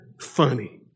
funny